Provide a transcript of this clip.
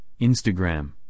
Instagram